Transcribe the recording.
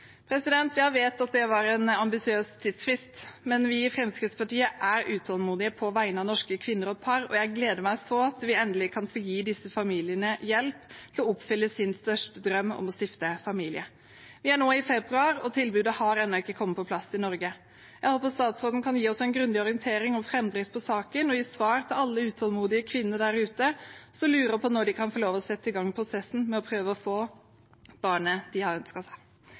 Jeg vet at det var en ambisiøs tidsfrist, men vi i Fremskrittspartiet er utålmodige på vegne av norske kvinner og par, og jeg gleder meg til vi endelig kan gi disse familiene hjelp til å oppfylle sin største drøm om å stifte familie. Vi er nå i februar, og tilbudet har ennå ikke kommet på plass i Norge. Jeg håper statsråden kan gi oss en grundig orientering om framdrift i saken og gi svar til alle de utålmodige kvinnene der ute som lurer på når de kan få lov til å sette i gang prosessen med å prøve å få det barnet de ønsker seg. I den siste tiden har